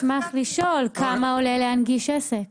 כמה עולה להנגיש עסק?